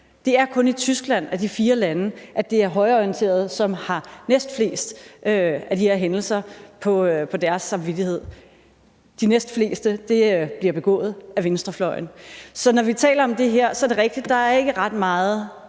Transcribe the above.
Det er kun i Tyskland af de fire lande, at det er højreorienterede, som har næstflest af de her hændelser på deres samvittighed. De næstfleste bliver begået af venstrefløjen. Så når vi taler om det her, er det rigtigt, at der ikke er ret meget